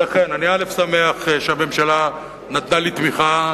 ולכן אני שמח שהממשלה נתנה לי תמיכה,